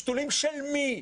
שתולים של מי?